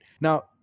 Now